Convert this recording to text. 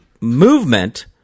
movement